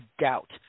doubt